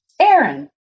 Aaron